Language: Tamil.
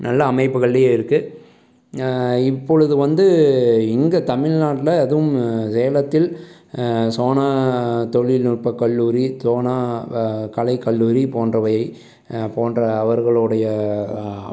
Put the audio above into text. நல்ல அமைப்புகள்லையும் இருக்குது இப்பொழுது வந்து இங்கே தமிழ்நாட்டில் அதுவும் சேலத்தில் சோனா தொழில்நுட்ப கல்லூரி சோனா கலைக்கல்லூரி போன்றவை போன்ற அவர்களோடைய